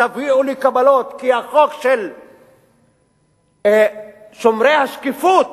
תביאו לי קבלות כי החוק של שומרי השקיפות,